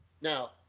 Now